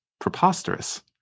preposterous